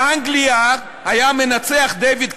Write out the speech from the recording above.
באנגליה היה מנצח, דייוויד קמרון,